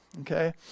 Okay